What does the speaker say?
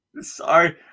Sorry